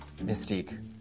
Mystique